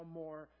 more